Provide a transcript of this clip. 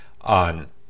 on